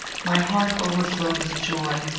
my heart overflowed with joy,